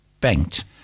banked